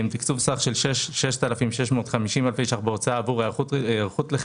תקצוב סך של 6,650 אלפי שקלים בהוצאה עבור היערכות לחירום